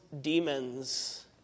demons